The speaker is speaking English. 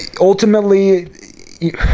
ultimately